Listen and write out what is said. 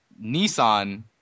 Nissan